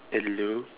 hello